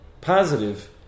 positive